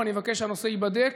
ואני מבקש שהנושא ייבדק,